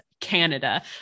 Canada